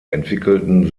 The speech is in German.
entwickelten